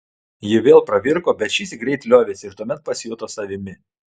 ji vėl pravirko bet šįsyk greit liovėsi ir tuomet pasijuto savimi